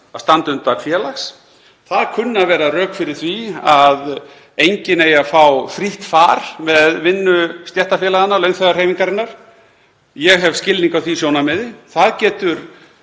að standa utan félags. Það kunna að vera rök fyrir því að enginn eigi að fá frítt far með vinnu stéttarfélaganna, launþegahreyfingarinnar. Ég hef skilning á því sjónarmiði. Það getur